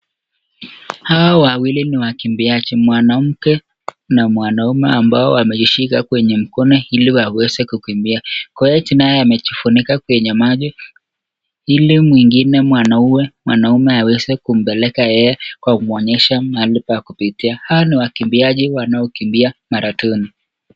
Hawa wawili ni wakimbiaji, mwanamke na mwanaume ambao wameishika kwenye mkono ili waweze kukimbia, Koech naye amejifunika kwenye macho ili mwingine mwanaume aweze kumpeleka yeye kwa kumuonyesha mahali pa kupitia, hawa ni wakimbiaji wanaokimbia marathoni.